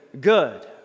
good